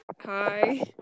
Hi